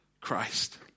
Christ